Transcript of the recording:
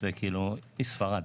זה כאילו מספרד.